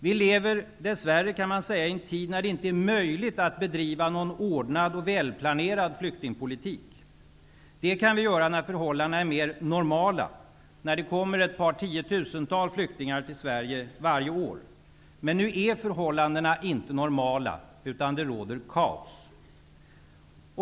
Vi lever dess värre i en tid när det inte är möjligt att bedriva någon ordnad och välplanerad flyktingpolitik. Det kan vi göra när förhållandena är mer normala, när det kommer ett par tiotusental flyktingar varje år. Men nu är förhållandena inte normala, utan det råder kaos.